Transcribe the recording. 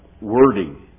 wording